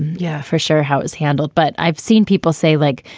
yeah. for sure how it's handled. but i've seen people say, like,